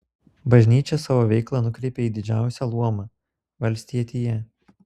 bažnyčia savo veiklą nukreipė į didžiausią luomą valstietiją